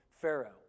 Pharaoh